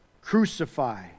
Crucify